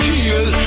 Heal